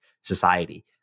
society